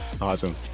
awesome